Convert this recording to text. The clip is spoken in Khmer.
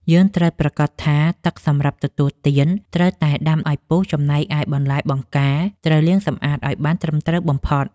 យើងត្រូវប្រាកដថាទឹកសម្រាប់ទទួលទានត្រូវតែដាំឱ្យពុះចំណែកឯបន្លែបង្ការត្រូវលាងសម្អាតឱ្យបានត្រឹមត្រូវបំផុត។